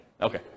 okay